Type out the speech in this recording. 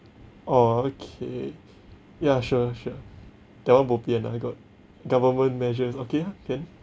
oh okay ya sure sure that one bo bian lah got government measures okay lah can